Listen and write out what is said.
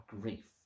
grief